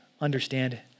understand